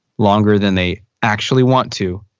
longer than they actually want to,